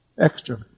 extra